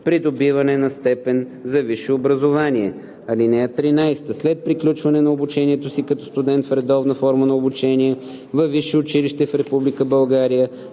придобиване на степен за висше образование. (13) След приключване на обучението си като студент в редовна форма на обучение във висше училище в